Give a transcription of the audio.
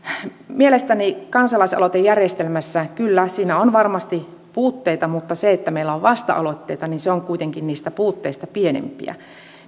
mielestäni kansalaisaloitejärjestelmässä kyllä on varmasti puutteita mutta se että meillä on vasta aloitteita on kuitenkin niistä puutteista pienempiä